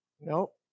Nope